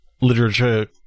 Literature